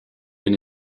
been